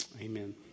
Amen